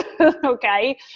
okay